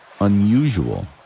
unusual